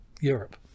Europe